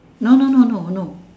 no no no no no